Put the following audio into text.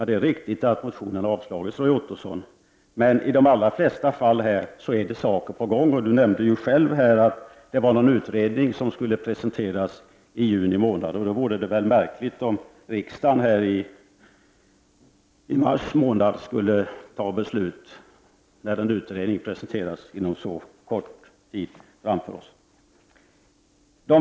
Det är riktigt att motionerna har avstyrkts, Roy Ottosson. Men i de allra flesta fall är det saker på gång. Roy Ottosson nämnde själv att en utredning skulle presenteras i juni månad. Då vore det väl märkligt om riksdagen i mars månad skulle fatta beslut när en utredning kommer att presenteras inom så kort tid.